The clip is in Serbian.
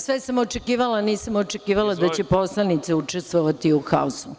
Sve sam očekivala, ali nisam očekivala da će poslanice učestvovati u haosu.